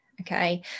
okay